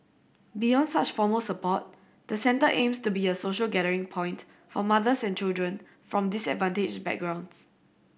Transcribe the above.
beyond such formal support the centre aims to be a social gathering point for mothers and children from disadvantaged backgrounds